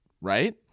right